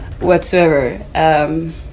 whatsoever